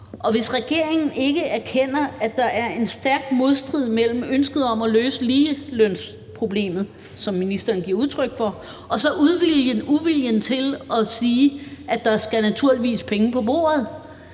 Og hvis regeringen ikke erkender, at der er en stærk modstrid mellem ønsket om at løse ligelønsproblemet, hvad ministeren giver udtryk for, og så uviljen til at sige, at der naturligvis skal penge på bordet,